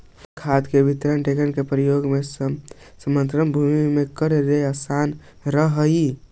तरल खाद वितरक टेंकर के प्रयोग समतल भूमि में कऽरेला असान रहऽ हई